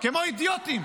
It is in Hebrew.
כמו אידיוטים.